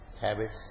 habits